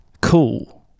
cool